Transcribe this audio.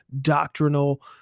doctrinal